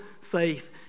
faith